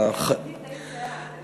התוכנית די זהה.